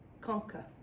conquer